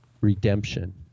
redemption